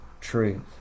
truth